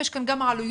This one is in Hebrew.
יש כאן גם עלויות,